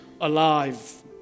alive